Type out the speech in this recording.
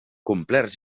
complerts